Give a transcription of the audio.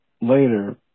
later